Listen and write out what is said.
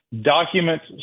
documents